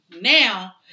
now